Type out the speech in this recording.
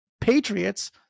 patriots